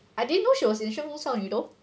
I didn't know she was in 旋风少女 though